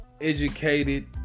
educated